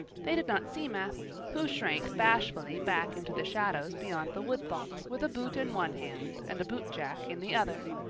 they did not see matthew, who shrank bashfully back into the shadows beyond the woodbox with a boot in one hand and a bootjack in the other,